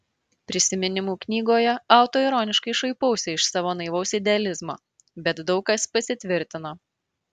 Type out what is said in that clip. prisiminimų knygoje autoironiškai šaipausi iš savo naivaus idealizmo bet daug kas pasitvirtino